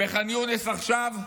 ובחאן יונס עכשיו,